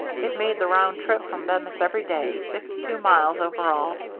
it made the round trip from bemis every day, fifty-two miles over all,